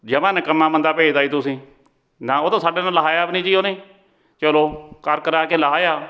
ਜਮਾ ਨਿਕੰਮਾ ਬੰਦਾ ਭੇਜਤਾ ਜੀ ਤੁਸੀਂ ਨਾ ਉਹ ਤਾਂ ਸਾਡੇ ਨਾਲ ਲਹਾਇਆ ਵੀ ਨਹੀਂ ਜੀ ਉਹਨੇ ਚਲੋ ਕਰ ਕਰਾ ਕੇ ਲਾਹਿਆ